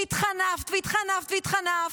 והתחנפת והתחנפת והתחנפת,